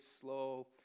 slow